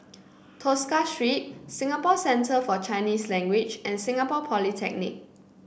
Tosca Street Singapore Centre For Chinese Language and Singapore Polytechnic